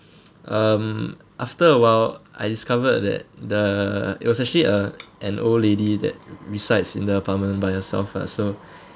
um after awhile I discovered that the it was actually a an old lady that resides in the apartment by herself ah so